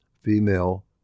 female